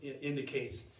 indicates